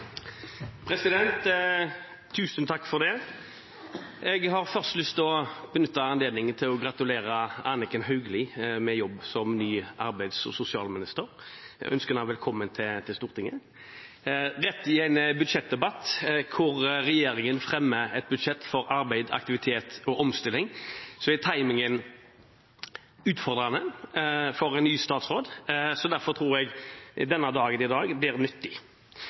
Jeg vil først benytte anledningen til å gratulere Anniken Hauglie med jobb som ny arbeids- og sosialminister. Jeg ønsker henne velkommen til Stortinget – rett til en budsjettdebatt der regjeringen fremmer et budsjett for arbeid, aktivitet og omstilling. Timingen er utfordrende for en ny statsråd, og jeg tror derfor dagen i dag blir nyttig.